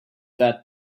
that